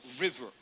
River